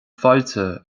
fáilte